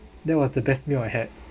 that was the best meal I had